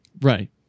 Right